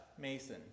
mason